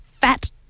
fat